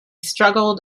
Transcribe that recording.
struggled